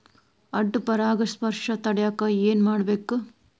ಅಡ್ಡ ಪರಾಗಸ್ಪರ್ಶ ತಡ್ಯಾಕ ಏನ್ ಮಾಡ್ಬೇಕ್?